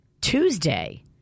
Tuesday